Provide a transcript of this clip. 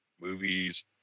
movies